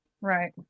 right